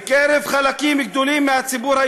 חבר הכנסת פורר, לפני שהגעת כבר הוצאתי